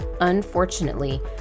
Unfortunately